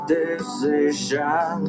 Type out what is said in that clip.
decision